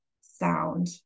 sound